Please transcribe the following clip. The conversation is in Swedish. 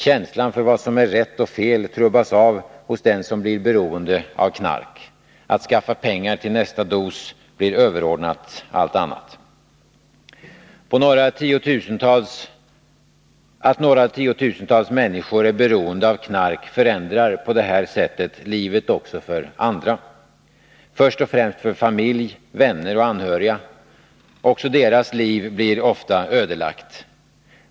Känslan för vad som är rätt och fel trubbas av hos den som blir beroende av knark. Att skaffa pengar till nästa dos blir överordnat allt annat. Att några tiotusental människor är beroende av knark förändrar på det här sättet livet också för andra, först och främst för familj, vänner och anhöriga. Också deras liv blir ofta ödelagt.